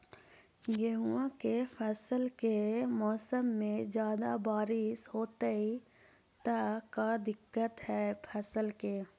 गेहुआ के फसल के मौसम में ज्यादा बारिश होतई त का दिक्कत हैं फसल के?